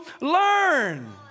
learn